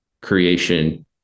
creation